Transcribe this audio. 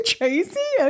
Tracy